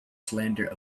slander